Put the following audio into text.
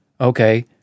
okay